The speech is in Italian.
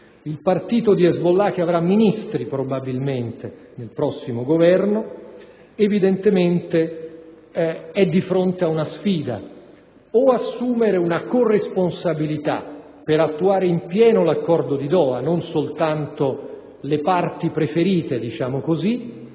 Il partito di Hezbollah, che probabilmente avrà ministri nel prossimo Governo, evidentemente è di fronte ad una sfida: o assumere una corresponsabilità per attuare in pieno l'accordo di Doha, non soltanto le parti preferite, quindi